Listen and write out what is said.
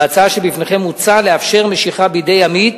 בהצעה שבפניכם מוצע לאפשר משיכה בידי עמית,